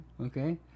Okay